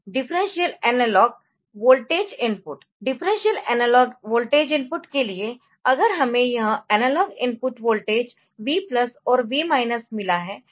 differential analog voltage input differential analog voltage input के लिए अगर हमें यह एनालॉग इनपुट वोल्टेज V और V मिला है